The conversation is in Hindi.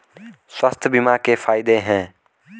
स्वास्थ्य बीमा के फायदे हैं?